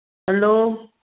hello